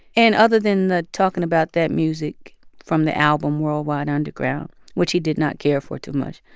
and other than the talking about that music from the album worldwide underground, which he did not care for too much,